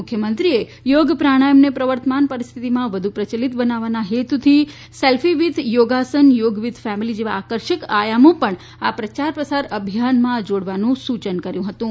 મુખ્યમંત્રીશ્રીએ યોગ પ્રાણાયામને પ્રવર્તમાન પરિસ્થિતીમાં વધુ પ્રયલિત બનાવવાના હેતુથી સેલ્ફી વીથ યોગાસન યોગ વીથ ફેમીલી જેવા આકર્ષક આયામો પણ આ પ્રચાર પ્રસાર અભિયાનમાં જોડવાનું સૂચન કર્યુ હતું